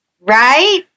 Right